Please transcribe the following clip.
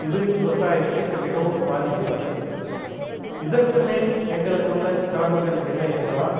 இது விவசாயத்தை மிகவும் பாதிக்கிறது இதற்கு மேல் எங்களுக்குள்ள சிரமங்கள் என்ன என்றால்